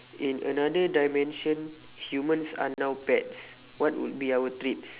in another dimension humans are now pets what would be our treats